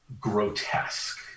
grotesque